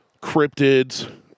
cryptids